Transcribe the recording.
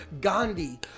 Gandhi